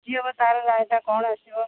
କି ହେବ ତାହେଲେ ରାୟଟା କଣ ଆସିବ